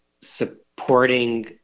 supporting